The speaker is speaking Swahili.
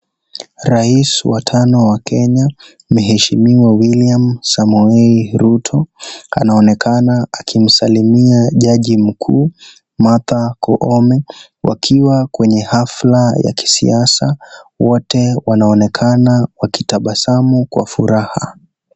Rais wa tano wa Kenya mheweshimiwa William Samoei Ruto, anaonekana akimsalimia jaji mkuu Martha Koome wakiwa kwenye hafla ya kisiasa, wote wanaonekana wakitabasamu kwa furaha.